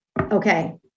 okay